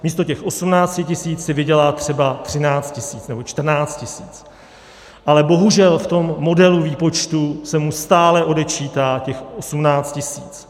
Místo těch 18 tisíc si vydělá třeba 13 tisíc nebo 14 tisíc, ale bohužel v tom modelu výpočtu se mu stále odečítá těch 18 tisíc.